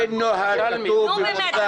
נו באמת,